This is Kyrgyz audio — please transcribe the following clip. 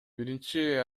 биринчи